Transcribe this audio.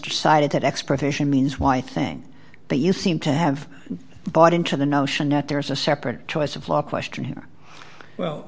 decided that expiration means y thing that you seem to have bought into the notion that there is a separate choice of law question here